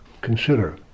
Consider